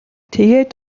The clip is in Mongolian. тэгээд